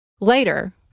Later